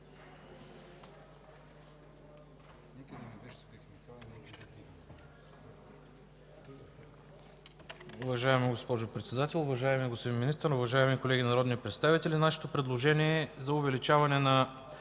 Уважаема госпожо Председател, уважаеми господин Министър, уважаеми колеги народни представители! Нашето предложение е за увеличаване на